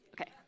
Okay